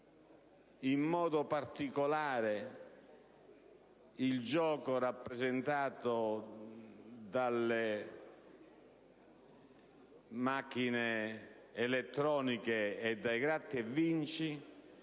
in particolare del gioco rappresentato dalle macchine elettroniche e dai gratta e vinci,